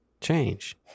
change